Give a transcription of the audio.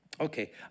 Okay